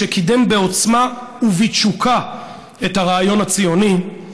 שקידם בעוצמה ובתשוקה את הרעיון הציוני,